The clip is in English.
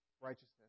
righteousness